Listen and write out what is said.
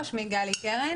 שלי גלי קרן,